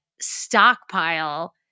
stockpile